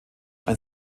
ein